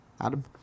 Adam